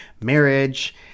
marriage